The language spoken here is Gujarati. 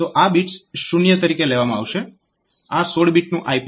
તો આ બિટ્સ શૂન્ય તરીકે લેવામાં આવશે આ 16 બીટનું IP છે